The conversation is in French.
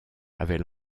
avait